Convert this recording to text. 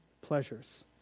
pleasures